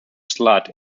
slot